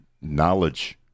knowledge